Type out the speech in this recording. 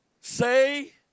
Say